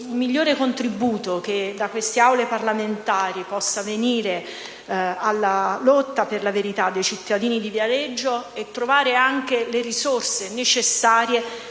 il migliore contributo che da queste Aule parlamentari possa venire alla lotta per la verità dei cittadini di Viareggio sia trovare anche le risorse necessarie